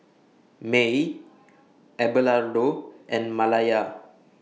Maye Abelardo and Malaya